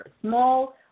small